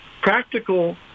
practical